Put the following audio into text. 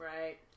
right